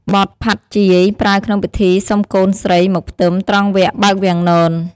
បទផាត់់ជាយ ប្រើក្នុងពិធីសុំកូនស្រីមកផ្ទឹមត្រង់វគ្គបើកវាំងនន។